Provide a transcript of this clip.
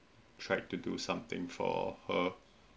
tried to do something for her